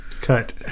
cut